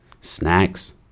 snacks